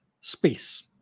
space